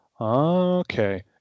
okay